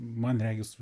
man regis